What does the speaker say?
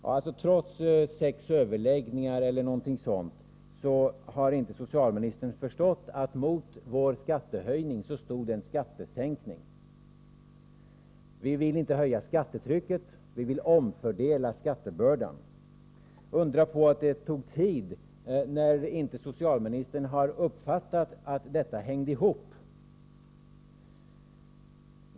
Ja, trots sex överläggningar eller någonting sådant har socialministern alltså inte förstått att mot vår skattehöjning stod också en skattesänkning. Vi ville inte höja skattetrycket — vi ville omfördela skattebördan. Undra på att det tog tid, när inte socialministern uppfattat att detta hängde ihop!